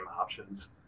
options